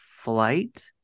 Flight